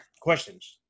questions